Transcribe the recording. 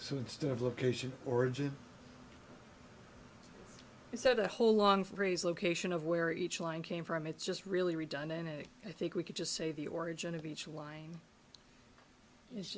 so instead of location origin it said a whole long phrase location of where each line came from it's just really redone in a i think we could just say the origin of each line is